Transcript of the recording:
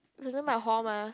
is near my hall mah